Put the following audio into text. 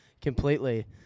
completely